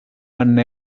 one